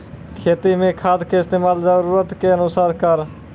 खेती मे खाद के इस्तेमाल जरूरत के अनुसार करऽ